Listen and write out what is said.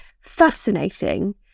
fascinating